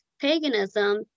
paganism